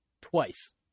twice